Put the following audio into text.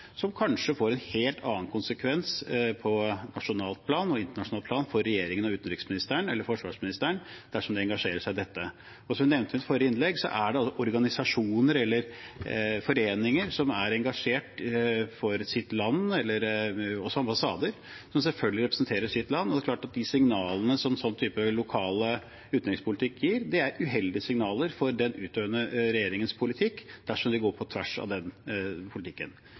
som kanskje får en helt annen konsekvens på nasjonalt og internasjonalt plan for regjeringen, utenriksministeren eller forsvarsministeren, dersom de engasjerer seg i dette. Som jeg nevnte i mitt forrige innlegg, er det organisasjoner eller foreninger som er engasjert for sitt land, og også ambassader som selvfølgelig representerer sitt land. Det er klart at de signalene som en slik type lokal utenrikspolitikk gir, er uheldige signaler for den utøvende regjeringens politikk dersom de går på tvers av den politikken.